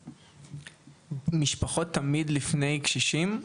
משפחות תמיד לפני קשישים?